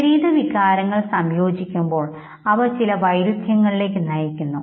വിപരീത വികാരങ്ങൾ സംയോജിക്കുമ്പോൾ അവ ചില വൈരുധ്യങ്ങളിലേക്ക് നയിക്കുന്നു